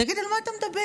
תגיד, על מה אתה מדבר?